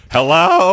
Hello